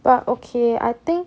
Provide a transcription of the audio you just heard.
but okay I think